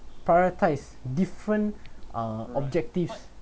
prioritise different uh objectives